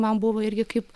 man buvo irgi kaip